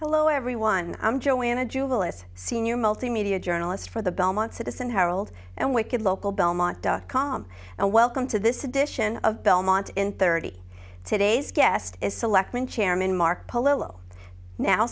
hello everyone i'm joanna julius senior multimedia journalist for the belmont citizen herald and wicked local belmont dot com and welcome to this edition of belmont in thirty today's guest is selectman chairman marc polo now